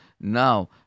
now